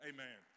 Amen